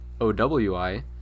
OWI